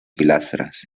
pilastras